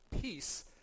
peace